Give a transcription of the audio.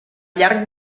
llarg